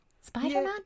Spider-Man